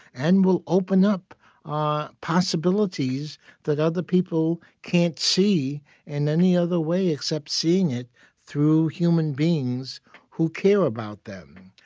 and will open up ah possibilities that other people can't see in any other way except seeing it through human beings who care about them.